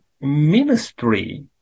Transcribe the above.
ministry